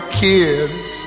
kids